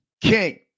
king